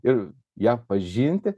ir ją pažinti